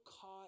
caught